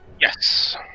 Yes